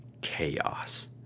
chaos